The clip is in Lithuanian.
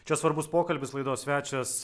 čia svarbus pokalbis laidos svečias